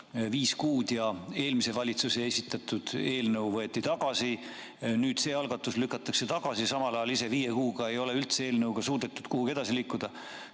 viis kuud ja eelmise valitsuse esitatud eelnõu võeti tagasi, nüüd see algatus lükatakse tagasi, samal ajal kui ise viie kuuga ei ole üldse eelnõuga suudetud kuhugi edasi liikuda,